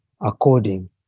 according